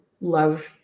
love